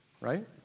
right